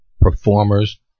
performers